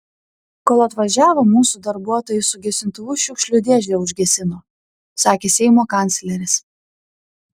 kol atvažiavo mūsų darbuotojai su gesintuvu šiukšlių dėžę užgesino sakė seimo kancleris